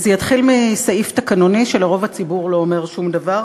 זה יתחיל מסעיף תקנוני שלרוב הציבור לא אומר שום דבר.